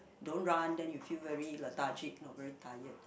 don't run then you feel very lethargic not very tired